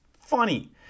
funny